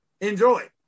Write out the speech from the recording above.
Enjoy